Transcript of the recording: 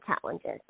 challenges